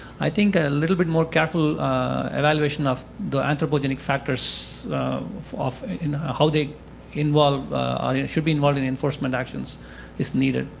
i think a little bit more careful evaluation of the anthropogenic factors of of ah how they involved or should be involved in enforcement actions is needed,